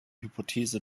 hypothese